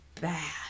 bad